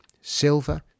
silver